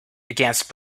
against